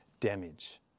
damage